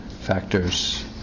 factors